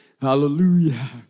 Hallelujah